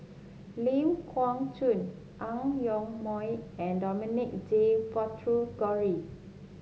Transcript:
Ling Geok Choon Ang Yoke Mooi and Dominic J Puthucheary